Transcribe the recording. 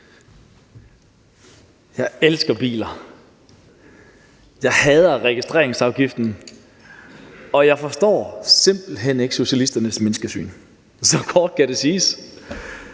Jeg elsker biler, jeg hader registreringsafgiften, og jeg forstår simpelt hen ikke socialisternes menneskesyn. Så kort kan det siges.